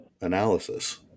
analysis